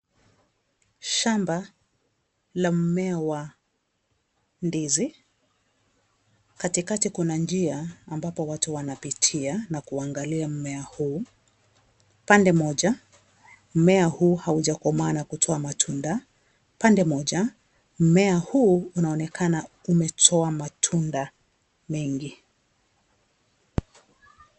Shamba la mmea wa ndizi, katikati kuna njia ambapo watu wanapita kuangalia mmea huu, pande moja mmea huu haujakomaa na kutoa matunda, pande moja mmea huu unaonekana umetoa matunda mengi.